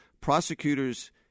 prosecutors